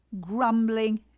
grumbling